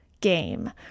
Game